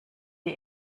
die